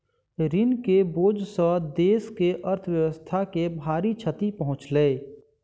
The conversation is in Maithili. ऋण के बोझ सॅ देस के अर्थव्यवस्था के भारी क्षति पहुँचलै